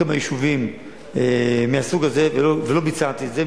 כמה יישובים מהסוג הזה ולא ביצעתי את זה,